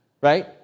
right